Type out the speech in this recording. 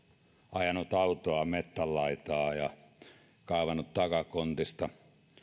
ajanut autoa metsän laitaan ja kaivanut takakontista